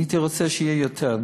הייתי רוצה שיהיה יותר,